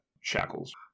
shackles